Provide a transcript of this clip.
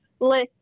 list